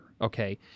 okay